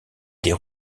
des